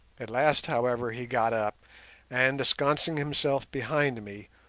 at last, however, he got up and, ensconcing himself behind me,